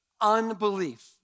unbelief